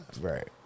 Right